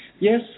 Yes